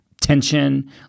tension